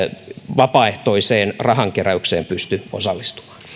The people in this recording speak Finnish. vapaaehtoiseen rahankeräykseen pysty osallistumaan